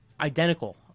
identical